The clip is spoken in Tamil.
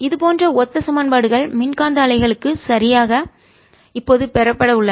இதை போன்ற ஒத்த சமன்பாடுகள் மின்காந்த அலைகளுக்கு சரியாக இப்போது பெறப்பட உள்ளன